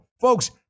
folks